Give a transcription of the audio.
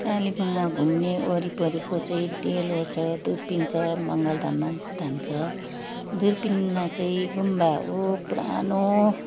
कालिम्पोङमा घुम्ने वरिपरिको चाहिँ डेलो छ दुर्पिन छ मङ्गल धाममा धाम छ दुर्पिनमा चाहिँ गुम्बा हो पुरानो